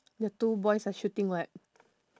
the two boys are shooting what